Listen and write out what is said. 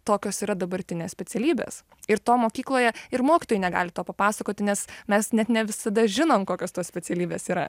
tokios yra dabartinės specialybės ir to mokykloje ir mokytojai negali to papasakoti nes mes net ne visada žinom kokios tos specialybės yra